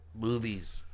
movies